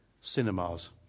cinemas